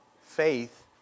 Faith